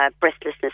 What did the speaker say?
breathlessness